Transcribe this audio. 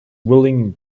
willing